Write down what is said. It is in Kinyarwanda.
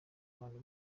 abantu